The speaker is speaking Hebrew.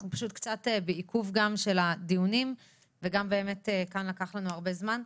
אנחנו פשוט קצת בעיכוב של הדיונים ולקח לנו כאן הרבה זמן.